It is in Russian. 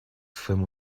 своему